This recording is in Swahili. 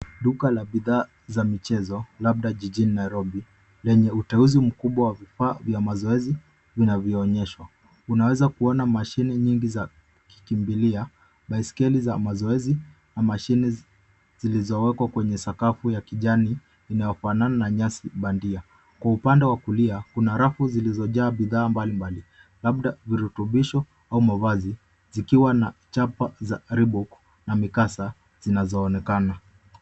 Duka la bidhaa za michezo labda jijini Nairobi yenye uteuzi mkubwa wa vifaa vya mazoezi vinavyoonyeshwa ,unaweza kuona mashine nyingi za kikimbilia ,baiskeli za mazoezi na mashini zilizowekwa kwenye sakafu ya kijani inayofanana na nyasi bandia ,kwa upande wa kulia kuna rafu zilizojaa bidhaa mbalimbali labda virutubisho au mavazi zikiwa na chapa za ribo na mikasa zinazoonekana.